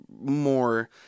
more